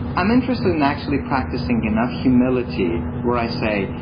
i'm interested in actually practicing enough humility where i say,